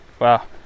Wow